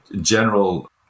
general